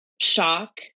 shock